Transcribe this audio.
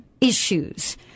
issues